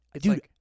Dude